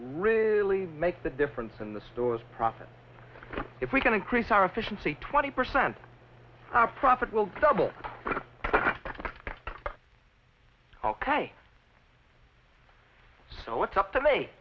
really make the difference in the store's profit if we can increase our efficiency twenty percent profit will double ok so it's up to me